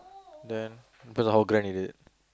then depends on how grand is it